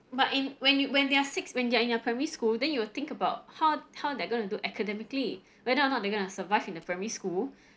but in when you when they are six when they're in primary school then you will think about how how they're gonna do academically whether or not they're gonna survive in a primary school